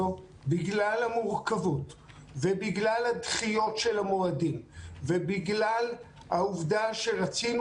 בגלל המורכבות ובגלל הדחיות של המועדים ובגלל העובדה שרצינו